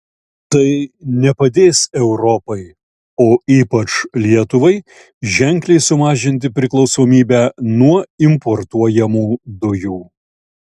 tai nepadės europai o ypač lietuvai ženkliai sumažinti priklausomybę nuo importuojamų dujų